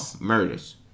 Murders